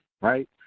right